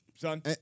son